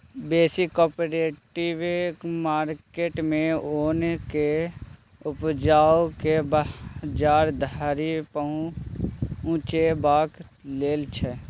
बेसी cooperative market मे ओन केँ उपजाए केँ बजार धरि पहुँचेबाक लेल छै